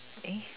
eh